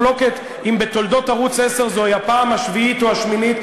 יש מחלוקת אם בתולדות ערוץ 10 זו הפעם השביעית או השמינית.